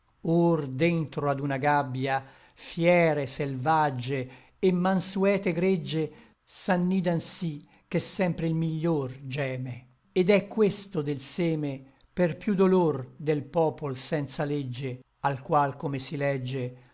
or dentro ad una gabbia fiere selvagge et mansete gregge s'annidan sí che sempre il miglior geme et è questo del seme per piú dolor del popol senza legge al qual come si legge